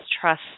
trust